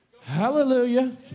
Hallelujah